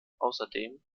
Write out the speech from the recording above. außerdem